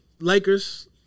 Lakers